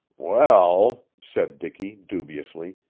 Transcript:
well, said dicky dubiously,